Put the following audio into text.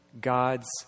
God's